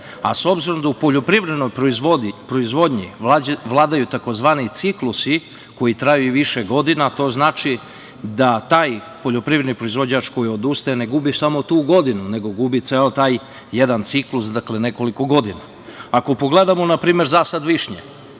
S obzirom da u poljoprivrednoj proizvodnji vladaju tzv. ciklusi koji traju i više godina, to znači da taj poljoprivredni proizvođač koji odustaje ne gubi samo tu godinu, nego gubi ceo taj jedan ciklus, dakle nekoliko godina. Ako pogledamo, na primer, zasad višnje,